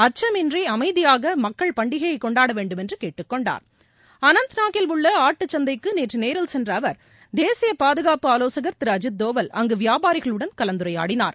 அச்சமின்றி அமைதியாக மக்கள் பண்டிகையை கொண்டாட வேணடும் என்று கேட்டுக்கொண்டார் அனந்தநாக் கில் உள்ள ஆட்டு சந்தைக்கு நேற்று நேரில் சென்ற தேசிய பாதுகாப்பு ஆலோசகர் திரு அஜீத் தோவல் அங்கு வியாபாரிகளுடன் கலந்துரையாடினார்